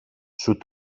σου